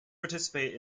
participate